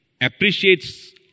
appreciates